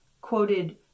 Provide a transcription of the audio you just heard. quoted